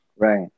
Right